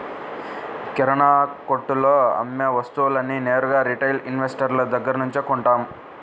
కిరణాకొట్టులో అమ్మే వస్తువులన్నీ నేరుగా రిటైల్ ఇన్వెస్టర్ దగ్గర్నుంచే తీసుకుంటాం